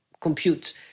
compute